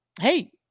hey